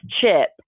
Chip